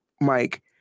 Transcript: Mike